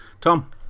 Tom